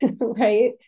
right